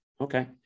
okay